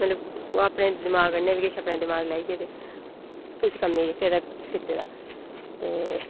मतलव ओह् अपने दमाग कन्नै बी किश अपना दमाग लाइयै बी उस कम्मै गी केह् आक्खदे कीते दा ते